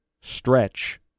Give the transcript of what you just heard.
stretch